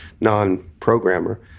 non-programmer